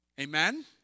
Amen